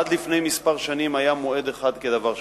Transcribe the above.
עד לפני כמה שנים היה מועד אחד כדבר שבזכות.